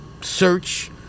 search